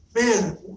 man